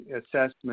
assessment